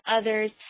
others